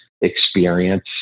experience